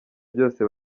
byose